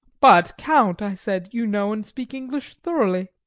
but, count, i said, you know and speak english thoroughly!